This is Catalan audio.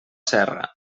serra